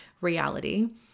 reality